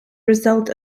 result